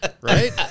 Right